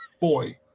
Boy